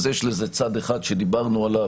אז יש לזה צד אחד שדיברנו עליו,